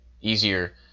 easier